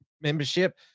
membership